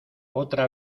otra